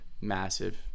Massive